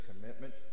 commitment